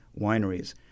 wineries